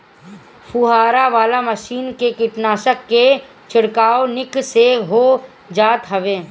फुहारा वाला मशीन से कीटनाशक के छिड़काव निक से हो जात हवे